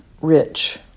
rich